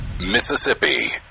Mississippi